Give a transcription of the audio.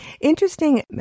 Interesting